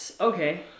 Okay